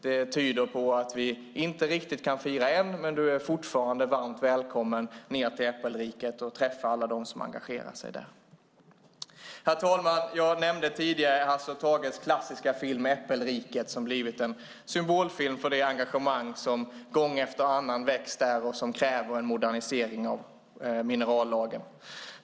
Det tyder på att vi inte riktigt kan fira än. Men du är fortfarande varmt välkommen ned till Äppelriket och träffa alla dem som engagerar sig där. Herr talman! Jag nämnde tidigare Hasse och Tages klassiska film Äppelkriget . Den har blivit en symbolfilm för det engagemang som gång efter annan väckts och där man kräver en modernisering av minerallagen.